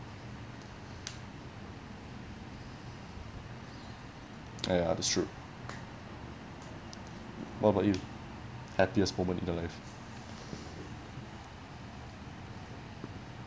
ya that's true what about you happiest moment in your life